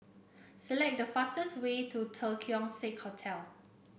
select the fastest way to Keong Saik Hotel